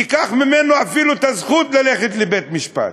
ניקח ממנו אפילו את הזכות ללכת לבית-משפט.